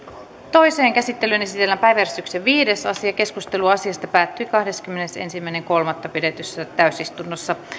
toiseen käsittelyyn esitellään päiväjärjestyksen viides asia keskustelu asiasta päättyi kahdeskymmenesensimmäinen kolmatta kaksituhattaseitsemäntoista pidetyssä täysistunnossa